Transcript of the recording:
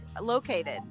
located